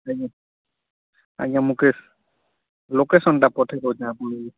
ଆଜ୍ଞା ଆଜ୍ଞା ମୁକେଶ୍ ଲୋକେସନ୍ଟା ପଠେଇ ଦେଉଛି ଆପଣଙ୍କୁ